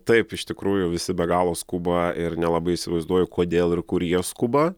taip iš tikrųjų visi be galo skuba ir nelabai įsivaizduoju kodėl ir kur jie skuba